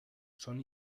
son